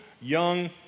young